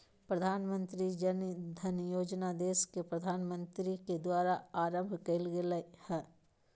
प्रधानमंत्री जन धन योजना देश के प्रधानमंत्री के द्वारा आरंभ कइल गेलय हल